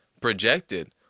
projected